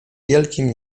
wielkim